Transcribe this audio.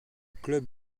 club